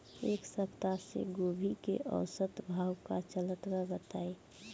एक सप्ताह से गोभी के औसत भाव का चलत बा बताई?